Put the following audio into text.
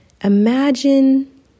imagine